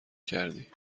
کردی